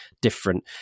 different